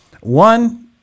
One